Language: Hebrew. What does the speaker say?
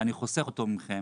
שאני חוסך אותו מכם